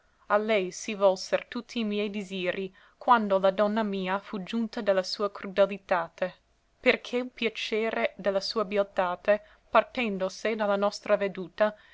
a lei si volser tutti i miei disiri quando la donna mia fu giunta da la sua crudelitate perché l piacere de la sua bieltate partendo sé da la nostra veduta